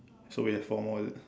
so we have four more is it